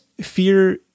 fear